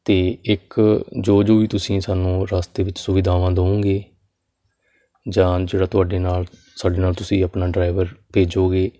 ਅਤੇ ਇੱਕ ਜੋ ਜੋ ਵੀ ਤੁਸੀਂ ਸਾਨੂੰ ਰਸਤੇ ਵਿੱਚ ਸੁਵਿਧਾਵਾਂ ਦਵੋਗੇ ਜਾਂ ਜਿਹੜਾ ਤੁਹਾਡੇ ਨਾਲ ਸਾਡੇ ਨਾਲ ਤੁਸੀਂ ਆਪਣਾ ਡਰਾਈਵਰ ਭੇਜੋਗੇ